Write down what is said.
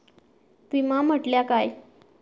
विमा म्हटल्या काय?